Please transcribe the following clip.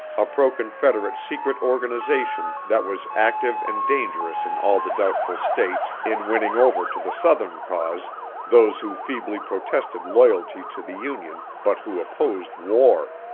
a pro-confederate secret organization that was active and dangerous in all the doubtful states in winning over to the southern cause those who feebly protested loyalty to the union but who opposed war.